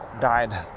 died